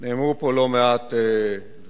נאמרו פה לא מעט דברים,